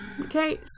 okay